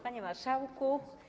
Panie Marszałku!